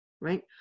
right